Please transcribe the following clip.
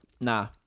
Nah